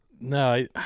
No